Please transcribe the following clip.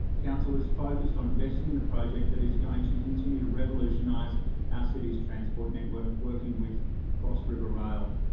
council is focused on investing in a project that is going to continue to revolutionise our city's transport network, working with cross-river rail.